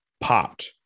popped